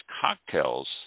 cocktails